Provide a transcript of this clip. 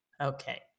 Okay